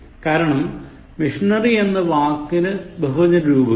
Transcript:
കാരണം machinery എന്ന വാക്കിനു ബഹുവചന രൂപം ഇല്ല